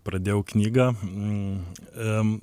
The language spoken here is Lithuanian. pradėjau knygą